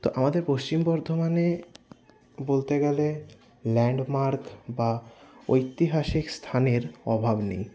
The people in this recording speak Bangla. তো আমাদের পশ্চিম বর্ধমানে বলতে গেলে ল্যান্ডমার্ক বা ঐতিহাসিক স্থানের অভাব নেই